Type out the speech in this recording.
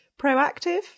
proactive